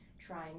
trying